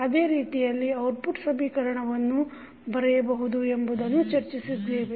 ಅದೇ ರೀತಿಯಲ್ಲಿ ಔಟ್ಪುಟ್ ಸಮೀಕರಣವನ್ನು ಬರೆಯಬಹುದು ಎಂಬುದನ್ನು ಚರ್ಚಿಸಿದ್ದೇವೆ